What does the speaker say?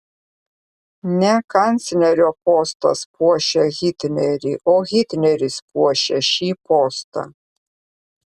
ne kanclerio postas puošia hitlerį o hitleris puošia šį postą